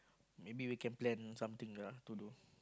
maybe we can plan something ah to do